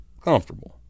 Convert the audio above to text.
comfortable